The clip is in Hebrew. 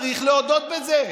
צריך להודות בזה.